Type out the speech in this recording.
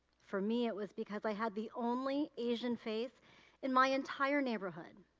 for me it was because i had the only asian face in my entire neighborhood.